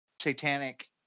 Satanic